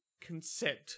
consent